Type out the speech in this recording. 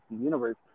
universe